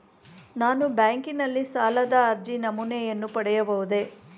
ನಾನು ಬ್ಯಾಂಕಿನಲ್ಲಿ ಸಾಲದ ಅರ್ಜಿ ನಮೂನೆಯನ್ನು ಪಡೆಯಬಹುದೇ?